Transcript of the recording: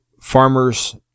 farmer's